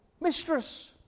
Mistress